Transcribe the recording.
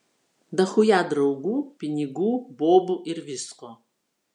dachuja draugų pinigų bobų ir visko